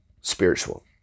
spiritual